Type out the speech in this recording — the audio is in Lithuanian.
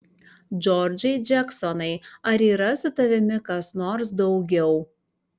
džordžai džeksonai ar yra su tavimi kas nors daugiau